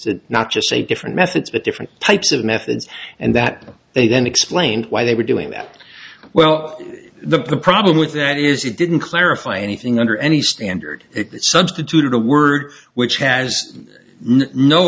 to not just say different methods but different types of methods and that they then explain why they were doing that well the problem with that is it didn't clarify anything under any standard it substituted a word which has no